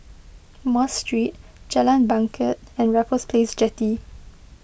Mosque Street Jalan Bangket and Raffles Place Jetty